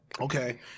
Okay